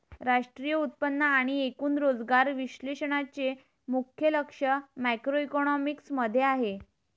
राष्ट्रीय उत्पन्न आणि एकूण रोजगार विश्लेषणाचे मुख्य लक्ष मॅक्रोइकॉनॉमिक्स मध्ये आहे